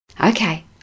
Okay